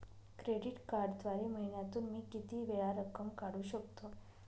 Credit कार्डद्वारे महिन्यातून मी किती वेळा रक्कम काढू शकतो?